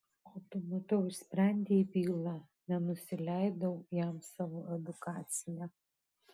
o tu matau išsprendei bylą nenusileidau jam savo dedukcija